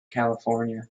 california